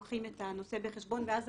וואו,